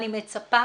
אני מצפה